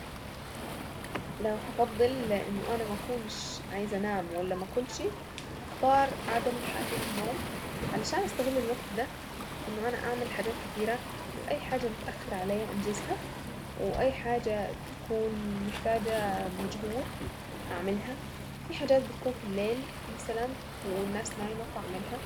لو هفضل انه انا ما اكونش عايزة انام ولا ما اكلشي هختار عدم الحاجة للنوم علشان استغل الوقت ده انه انا اعمل حاجات كتيرة واي حاجة متأخرة عليا انجزها واي حاجة تكون محتاجة مجهود اعملها في حاجات بتكون في الليل مثلا والناس نايمة فاعملها.